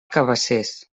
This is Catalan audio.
cabacés